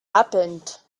happened